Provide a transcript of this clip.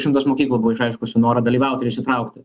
šimtas mokyklų buvo išreiškusių norą dalyvauti ir įsitraukti